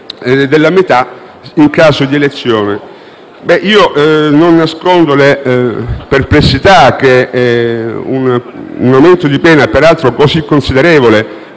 della metà in caso di elezione. Non nascondo le perplessità in ordine a un aumento di pena, per altro così considerevole,